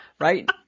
Right